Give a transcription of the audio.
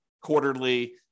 quarterly